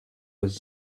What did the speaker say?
was